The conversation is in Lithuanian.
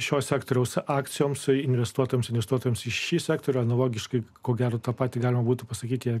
šio sektoriaus akcijoms o investuotojams investuotojams į šį sektorių analogiškai ko gero tą patį galima būtų pasakyti